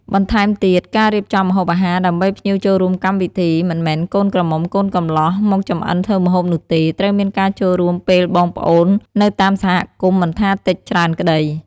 បន្ថែមទៀតការរៀបចំម្ហូបអាហារដើម្បីភ្ញៀវចូលរួមកម្មវិធី មិនមែនកូនក្រមុំកូនកម្លោះមកចម្អិនធ្វើម្ហូបនោះទេ ត្រូវមានការចូលរួមពេលបងប្អូននៅតាមសហគមន៍មិនថាតិចច្រើនក្តី។